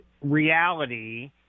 reality